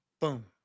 Boom